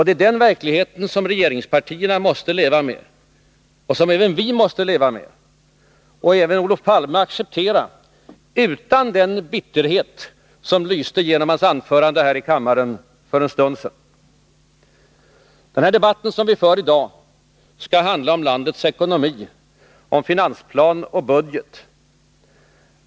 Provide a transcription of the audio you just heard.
Det är den verklighet som regeringspartierna och även vi måste leva med och som Olof Palme måste acceptera utan den bitterhet som lyste igenom i hans anförande här i kammaren för en stund sedan. Den debatt som vi för i dag skall handla om landets ekonomi, om finansplan och budget.